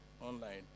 online